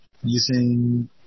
using –